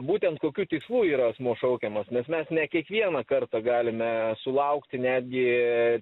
būtent kokiu tikslu yra asmuo šaukiamas nes mes ne kiekvieną kartą galime sulaukti netgi